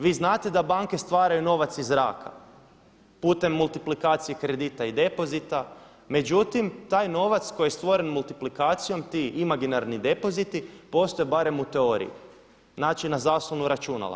Vi znate da banke stvaraju novac iz zraka putem multiplikacije kredita i depozita, međutim taj novac koji je stvoren multiplikacijom ti imaginarni depoziti postoje barem u teoriji, znači na zaslonu računala.